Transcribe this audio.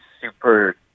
super